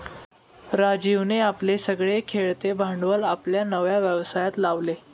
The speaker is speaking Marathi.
राजीवने आपले सगळे खेळते भांडवल आपल्या नव्या व्यवसायात लावले